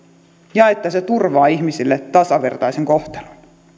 ja että se turvaa ihmisille tasavertaisen kohtelun